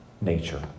nature